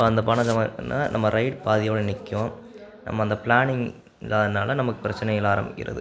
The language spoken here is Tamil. இப்போ அந்த பணம் நம்ம ரைட் பாதியோடு நிற்கும் நம்ம அந்த ப்ளானிங் இல்லாததினால நமக்கு பிரச்சினைகள் ஆரம்பிக்கிறது